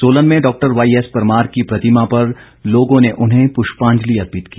सोलन में डॉक्टर वाईएसपरमार की प्रतिमा पर लोगों ने उन्हें पृष्पांजलि अर्पित की